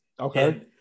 Okay